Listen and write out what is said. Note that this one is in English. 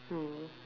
mm